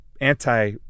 anti